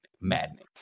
Madness